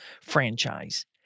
franchise